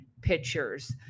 Pictures